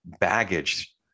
baggage